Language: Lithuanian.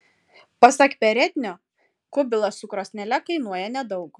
pasak perednio kubilas su krosnele kainuoja nedaug